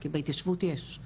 כי בהתיישבות יש.